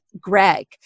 Greg